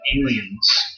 aliens